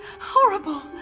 horrible